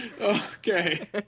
okay